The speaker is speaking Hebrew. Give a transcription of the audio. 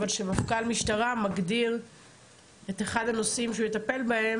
אבל שמפכ"ל משטרה מגדיר את אחד הנושאים שהוא יטפל בהם,